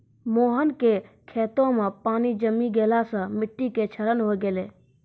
मोहन के खेतो मॅ पानी जमी गेला सॅ मिट्टी के क्षरण होय गेलै